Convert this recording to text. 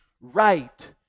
right